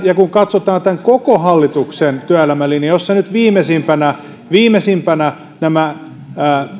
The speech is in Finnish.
ja kun katsotaan hallituksen koko työelämälinjaa jossa nyt viimeisimpänä viimeisimpänä on